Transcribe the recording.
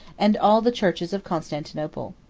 and all the churches of constantinople.